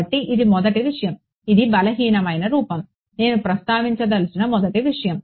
కాబట్టి ఇది మొదటి విషయం ఇది బలహీనమైన రూపం నేను ప్రస్తావించదలిచిన మొదటి విషయం